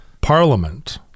parliament